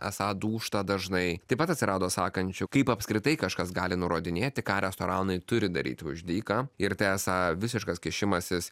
esą dūžta dažnai taip pat atsirado sakančių kaip apskritai kažkas gali nurodinėti ką restoranai turi daryti už dyka ir tai esą visiškas kišimasis